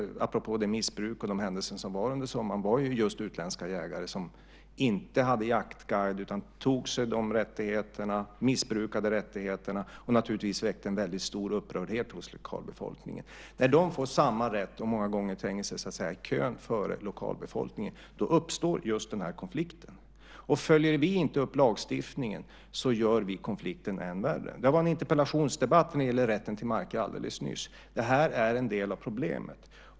Det missbruk och de händelser som inträffade under sommaren gällde just utländska jägare som inte hade jaktguide utan som tog sig rättigheter och missbrukade dem. Det orsakade naturligtvis stor upprördhet hos lokalbefolkningen. När norska och andra utländska jägare får samma rätt som de svenska, och många gånger tränger sig före lokalbefolkningen i kön, så uppstår just den här konflikten. Om vi inte följer upp lagstiftningen så gör vi konflikten ännu värre. Det fördes en interpellationsdebatt om rätten till marker alldeles nyss. Detta är en del av problemet.